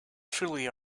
truly